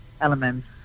elements